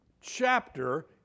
chapter